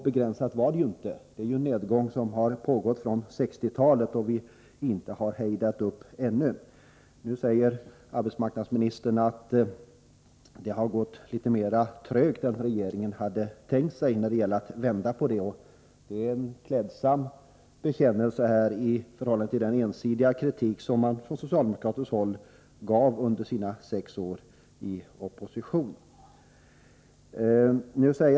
Nedgången började på 1960-talet och har inte hejdats ännu. Det har gått trögare än regeringen tänkt sig att vända den här utvecklingen, sade arbetsmarknadsministern. Det är en klädsam blygsamhet jämfört med den ensidiga kritik som socialdemokraterna riktade mot regeringen under sina sex år i opposition.